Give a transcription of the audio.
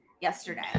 yesterday